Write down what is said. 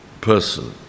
person